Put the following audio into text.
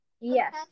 Yes